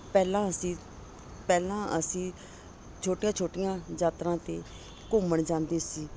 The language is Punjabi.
ਪਹਿਲਾਂ ਅਸੀਂ ਪਹਿਲਾਂ ਅਸੀਂ ਛੋਟੀਆਂ ਛੋਟੀਆਂ ਯਾਤਰਾ 'ਤੇ ਘੁੰਮਣ ਜਾਂਦੇ ਸੀ